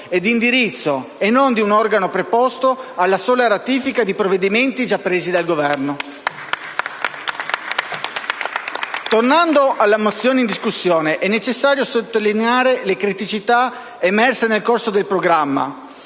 e di indirizzo, e non di un organo preposto alla sola ratifica di provvedimenti già presi dal Governo. *(Applausi dal Gruppo M5S)*. Tornando alla mozione in discussione, è necessario sottolineare le criticità emerse nel corso del programma,